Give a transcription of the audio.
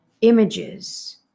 images